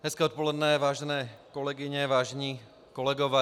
Hezké odpoledne, vážené kolegyně, vážení kolegové.